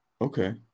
Okay